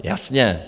Jasně.